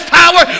power